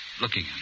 looking